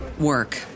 work